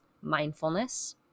Mindfulness